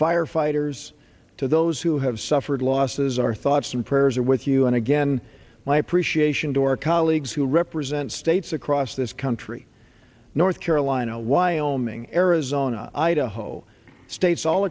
firefighters to those who have suffered losses our thoughts and prayers are with you and again my appreciation to our colleagues who represent states across this country north carolina wyoming arizona idaho states all